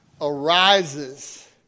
arises